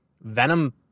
Venom